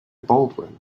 baldwin